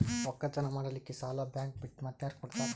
ಒಕ್ಕಲತನ ಮಾಡಲಿಕ್ಕಿ ಸಾಲಾ ಬ್ಯಾಂಕ ಬಿಟ್ಟ ಮಾತ್ಯಾರ ಕೊಡತಾರ?